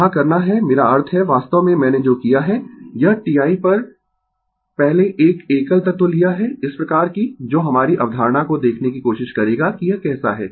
यहाँ करना है मेरा अर्थ है वास्तव में मैंने जो किया है यह ti पर पहले एक एकल तत्व लिया है इस प्रकार कि जो हमारी अवधारणा को देखने की कोशिश करेगा कि यह कैसा है